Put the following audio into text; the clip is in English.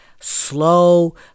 slow